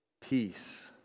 peace